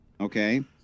okay